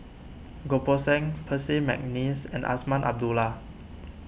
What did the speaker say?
Goh Poh Seng Percy McNeice and Azman Abdullah